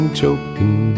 choking